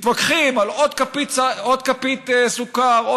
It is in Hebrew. מתווכחים על עוד כפית סוכר,